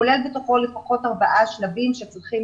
כולל בתוכו לפחות ארבעה שלבים שצריכים